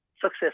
success